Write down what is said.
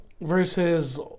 Versus